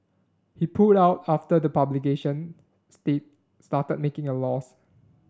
he pulled out after the publication stick started making a loss